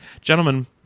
Gentlemen